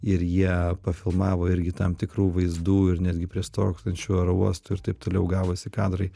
ir jie pafilmavo irgi tam tikrų vaizdų ir netgi prie sprogstančio oro uosto ir taip toliau gavosi kadrai